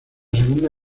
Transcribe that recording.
segunda